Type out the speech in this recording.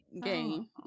game